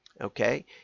okay